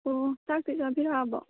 ꯑꯣ ꯆꯥꯛꯇꯤ ꯆꯥꯕꯤꯔꯛꯑꯕꯣ